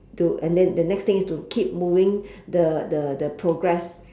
to and then the next thing is to keep moving the the the progress